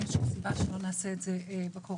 אין שום סיבה שלא נעשה את זה בקורונה.